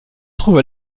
trouve